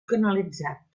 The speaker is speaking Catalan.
canalitzat